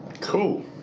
cool